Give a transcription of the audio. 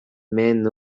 man